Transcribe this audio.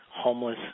homeless